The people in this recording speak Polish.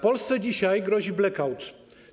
Polsce dzisiaj grozi blackout.